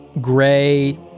gray